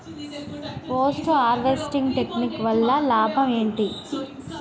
Post harvesting technique వల్ల లాభం ఏంటి?